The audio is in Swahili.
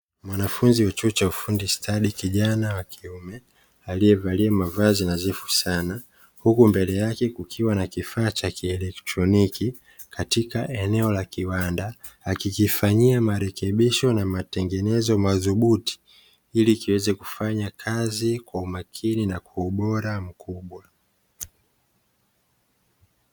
Mwanafunzi wa chuo cha ufundi stadi kijana wa kiume aliyevalia mavazi nadhifu sana, huku mbele yake kukiwa na kifaa cha kielektroniki katika eneo la kiwanda, akikifanyia marekebisho na matengenezo madhubuti ili kiweze kufanya kazi kwa umakini na kwa ubora mkubwa.